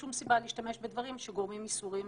שום סיבה להשתמש בדברים שגורמים ייסורים